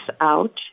out